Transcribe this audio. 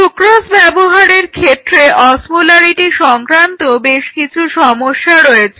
sucrose ব্যবহারের ক্ষেত্রে osmolarity সংক্রান্ত বেশ কিছু সমস্যা রয়েছে